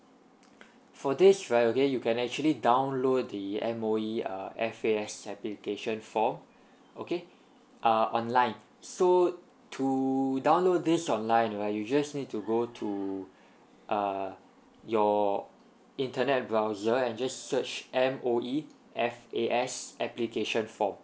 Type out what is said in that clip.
for this right okay you can actually download the M_O_E uh F_A_S application form okay uh online so to download these online right you just need to go to uh your internet browser and just search M_O_E F_A_S application form